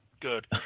Good